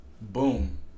boom